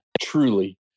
truly